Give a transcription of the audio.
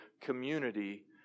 community